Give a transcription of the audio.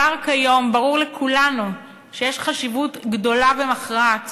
כיום כבר ברור לכולנו שיש חשיבות גדולה ומכרעת